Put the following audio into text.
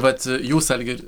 vat jūs algir